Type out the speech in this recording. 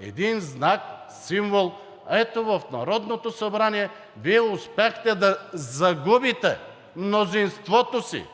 един знак, символ, ето в Народното събрание Вие успяхте да загубите мнозинството си